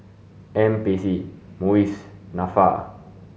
N P C MUIS NAFA